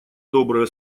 добрые